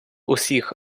усіх